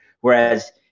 Whereas